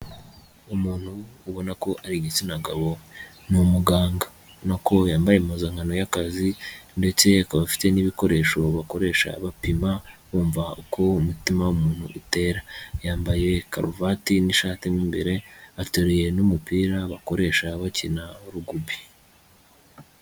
Umuntu ubona ko ari igitsina gabo ni umuganga, ubona ko yambaye impuzankano y'akazi ndetse akaba afite n'ibikoresho bakoresha bapima bumva uko umutima w'umuntu utera, yambaye karuvati n'ishati mo imbere, ateruye n'umupira bakoresha bakina Rugubi.